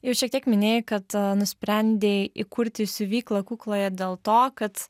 jau šiek tiek minėjai kad nusprendei įkurti siuvyklą kukloje dėl to kad